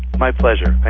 my pleasure,